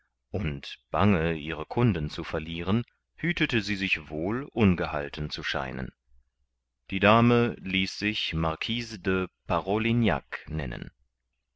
und bange ihre kunden zu verlieren hütete sie sich wohl ungehalten zu scheinen die dame ließ sich marquise de parolignac nennen